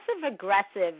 passive-aggressive